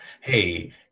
Hey